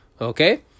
okay